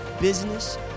business